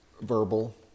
verbal